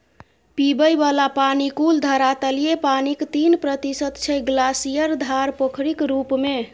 पीबय बला पानि कुल धरातलीय पानिक तीन प्रतिशत छै ग्लासियर, धार, पोखरिक रुप मे